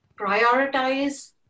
prioritize